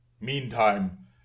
Meantime